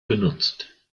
genutzt